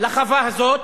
לחווה הזאת?